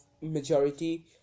majority